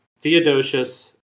Theodosius